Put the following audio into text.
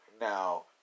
Now